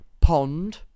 Pond